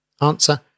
Answer